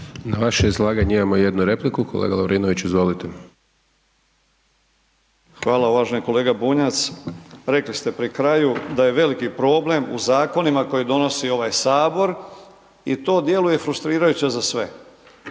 Na vaše izlaganje imamo jednu repliku, kolega Lovrinović, izvolite. **Lovrinović, Ivan (Promijenimo Hrvatsku)** Hvala uvaženi kolega Bunjac, rekli ste pri kraju da je veliki problem u zakonima koje donosi ovaj HS i to djeluje frustrirajuće za sve.